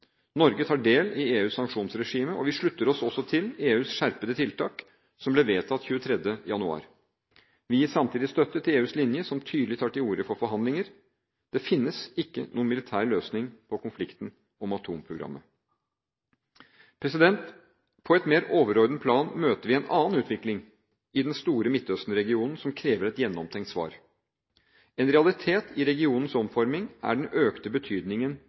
Norge tar del i EUs sanksjonsregime, og vi slutter oss også til EUs skjerpede tiltak, som ble vedtatt 23. januar 2012. Vi gir samtidig støtte til EUs linje, som tydelig tar til orde for forhandlinger. Det finnes ikke noen militær løsning på konflikten om atomprogrammet. På et mer overordnet plan møter vi en annen utvikling i den store Midtøsten-regionen som krever et gjennomtenkt svar. En realitet i regionens omforming er den økte betydningen